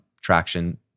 traction